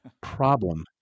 problem